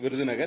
Virudhunagar